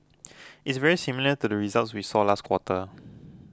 it's very similar to the results we saw last quarter